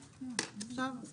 בסעיף (ב)